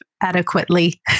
adequately